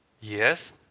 Yes